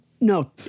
No